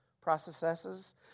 processes